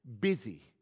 busy